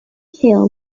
cale